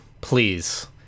please